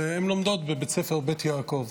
והן לומדות בבית ספר בית יעקב.